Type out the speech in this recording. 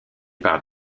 par